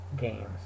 games